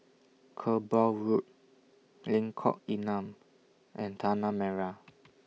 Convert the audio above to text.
Kerbau Road Lengkok Enam and Tanah Merah